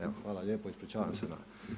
Evo, hvala lijepo i ispričavam se na.